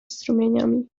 strumieniami